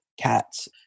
cats